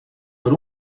per